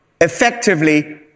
effectively